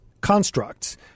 constructs